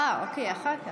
אה, אוקיי, אחר כך.